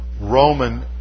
Roman